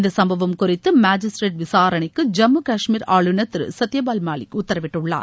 இந்த சம்பவம் குறித்து மாஜிஸ்டிரேட் விசாரணைக்கு ஜம்மு கஷ்மீர் ஆளுநர் திரு சத்திய பால் மாலிக் உத்தரவிட்டுள்ளார்